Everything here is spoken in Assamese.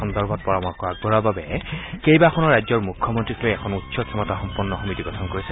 সন্দৰ্ভত পাৰমৰ্শ আগবঢ়োৱাৰ বাবে কেইবাখনো ৰাজ্যৰ মুখ্যমন্ত্ৰীক লৈ এখন উচ্চ ক্ষমতাসম্পন্ন সমিতি গঠন কৰিছে